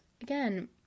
again